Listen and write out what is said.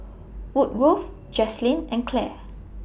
Wood Roof Jaslyn and Clair